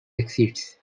exists